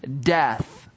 death